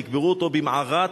ויקברו אותו במערת